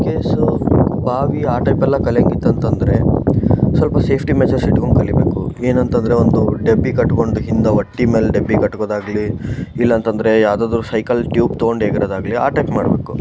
in case ಬಾವಿ ಆ ಟೈಪೆಲ್ಲ ಕಲಿಯೋಂಗೆ ಇತ್ತಂತ ಅಂದ್ರೆ ಸ್ವಲ್ಪ ಸೇಫ್ಟಿ ಮೆಜರ್ಸ್ ಇಟ್ಕೊಂಡು ಕಲಿಬೇಕು ಏನು ಅಂತಂದ್ರೆ ಒಂದು ಡಬ್ಬಿ ಕಟ್ಕೊಂಡು ಹಿಂದೆ ಒಟ್ಟು ಮೇಲೆ ಡಬ್ಬಿ ಕಟ್ಕೊದಾಗ್ಲಿ ಇಲ್ಲ ಅಂತಂದ್ರೆ ಯಾವುದಾದ್ರು ಸೈಕಲ್ ಟ್ಯೂಬ್ ತಗೊಂಡು ಎಗರೋದಾಗ್ಲಿ ಆ ಟೈಪ್ ಮಾಡಬೇಕು